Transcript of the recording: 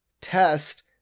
test